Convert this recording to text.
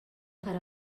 para